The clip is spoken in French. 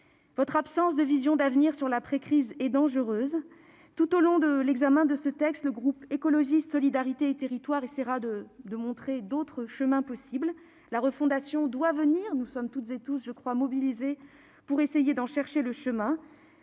Votre absence de vision d'avenir sur l'après-crise est dangereuse. Tout au long de l'examen de ce texte, le groupe Écologiste - Solidarité et Territoires essaiera de montrer les autres voies possibles. La refondation doit venir, nous sommes toutes et tous mobilisés pour essayer d'en chercher le chemin.